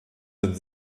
sind